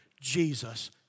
Jesus